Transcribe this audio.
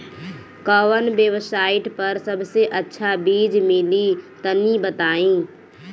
कवन वेबसाइट पर सबसे अच्छा बीज मिली तनि बताई?